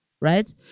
right